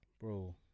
bro